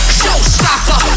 showstopper